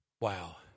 Wow